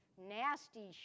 nasty